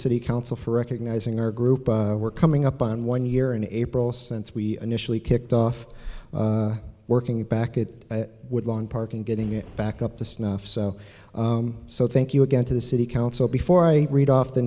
city council for recognizing our group we're coming up on one year in april since we initially kicked off working back it would lawn park and getting it back up to snuff so so thank you again to the city council before i read off the